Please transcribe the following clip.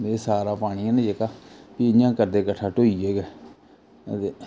एह् सारा पानी ऐ नां जेह्का भी इ'यां गै करदे कट्ठा ढौइयै गै अत्ते